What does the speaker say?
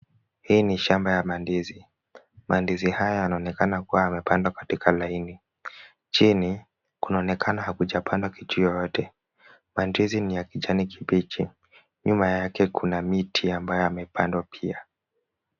Hii ni shamba ya mandizi. Mandizi haya yanaonekana kuwa yamepandwa katika laini. Chini kunaonekana hakujapandwa kitu yoyote. Mandizi ni ya kijani kibichi, nyuma yake kuna miti ambayo yamepandwa pia.